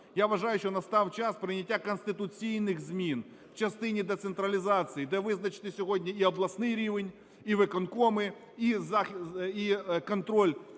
Я вважаю, що настав час прийняття конституційних змін в частині децентралізації, де визначити сьогодні і обласний рівень, і виконкоми, і контроль